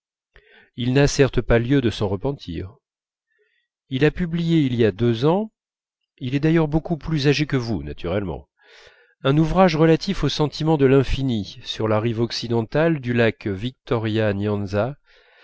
il n'a certes pas lieu de s'en repentir il a publié il y a deux ans il est d'ailleurs beaucoup plus âgé que vous naturellement un ouvrage relatif au sentiment de l'infini sur la rive occidentale du lac victoria nyanza